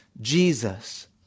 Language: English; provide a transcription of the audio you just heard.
Jesus